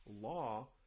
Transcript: law